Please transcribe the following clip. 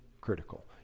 critical